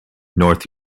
north